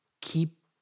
Keep